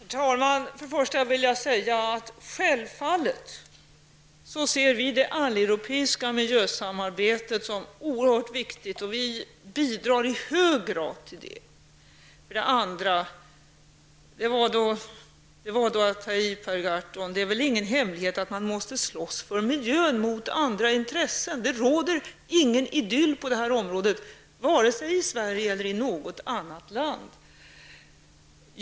Herr talman! För det första vill jag säga att vi självfallet ser det alleuropeiska miljösamarbetet som oerhört viktigt. Vi bidrar i hög grad till det. För det andra var det väl att ta i, Per Gahrton, för det är ingen hemlighet att man måste slåss för miljön mot andra intressen. Det råder ingen idyll på det här området, vare sig i Sverige eller i något annat land.